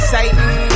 Satan